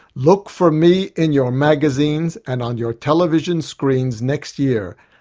look for me in your magazines and on your television screens next year,